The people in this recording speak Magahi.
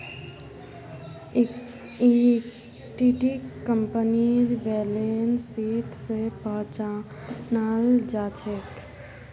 इक्विटीक कंपनीर बैलेंस शीट स पहचानाल जा छेक